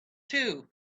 too